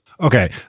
Okay